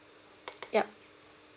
yup